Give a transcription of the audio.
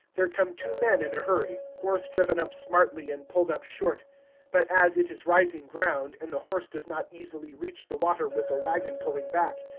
there come two men in a hurry, horse driven up smartly and pulled up short but as it is rising ground, and the horse does not easily reach the water with the wagon pulling back,